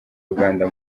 uganda